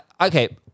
okay